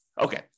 Okay